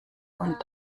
und